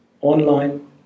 online